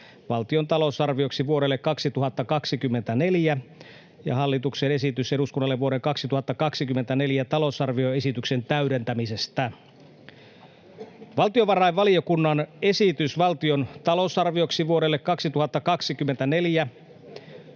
valtion talousarvioksi vuodelle 2024 ja hallituksen esitystä eduskunnalle vuoden 2024 talousarvioesityksen täydentämisestä. Valtiovarainvaliokunnan esitys valtion talousarvioksi vuodelle 2024